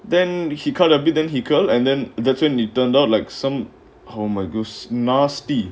then he cut a bit then he curl and then that's when you turned out like some oh my god so nasty